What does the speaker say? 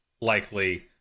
likely